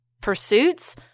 pursuits